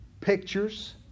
pictures